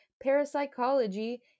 parapsychology